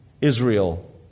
Israel